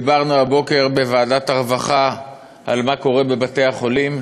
דיברנו הבוקר בוועדת הרווחה על מה שקורה בבתי-החולים,